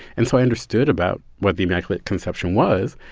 and so i understood about what the immaculate conception was.